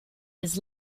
his